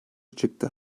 çıktı